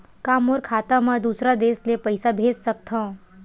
का मोर खाता म दूसरा देश ले पईसा भेज सकथव?